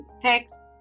text